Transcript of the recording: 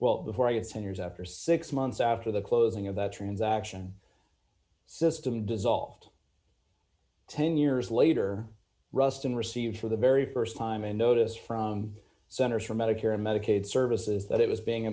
well before it's ten years after six months after the closing of that transaction system dissolved ten years later ruston received for the very st time in notice from the centers for medicare and medicaid services that it was being